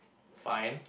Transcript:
fine